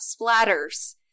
splatters